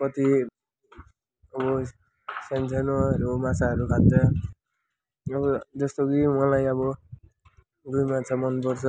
अब कति अब सानसानोहरू माछाहरू खान्छ अब जस्तो कि मलाई अब रुई माछा मनपर्छ